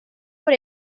por